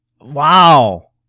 wow